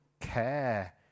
care